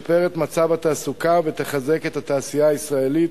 תשפר את מצב התעסוקה ותחזק את התעשייה הישראלית.